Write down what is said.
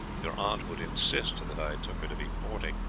your aunt would insist that i took her to be forty,